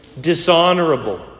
dishonorable